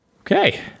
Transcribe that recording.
Okay